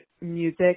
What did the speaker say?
music